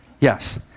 yes